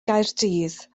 gaerdydd